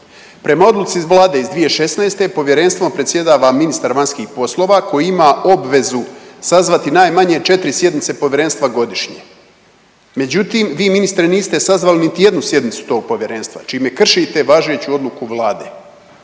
Prema odluci vlade iz 2016. povjerenstvom predsjedava ministar vanjskih poslova koji ima obvezu sazvati najmanje 4 sjednice povjerenstva godišnje. Međutim, vi ministre niste sazvali niti jednu sjednicu tog povjerenstvo čime kršite važeću odluku vlade.